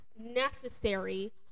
necessary